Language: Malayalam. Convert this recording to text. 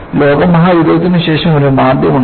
ലോകമഹായുദ്ധത്തിനുശേഷം ഒരു മാന്ദ്യം ഉണ്ടായിരുന്നു